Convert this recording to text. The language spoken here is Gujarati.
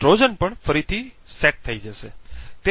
ટ્રોજન પણ ફરીથી સેટ થઈ જશે